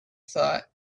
thought